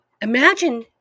imagine